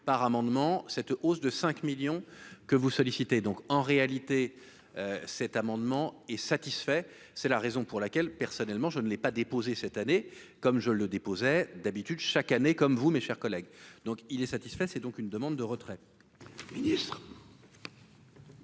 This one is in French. par amendement, cette hausse de 5 millions que vous sollicitez donc en réalité, cet amendement est satisfait : c'est la raison pour laquelle, personnellement, je ne l'ai pas déposé cette année, comme je le déposais d'habitude chaque année comme vous, mes chers collègues, donc il est satisfait, c'est donc une demande de retrait.